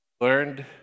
learned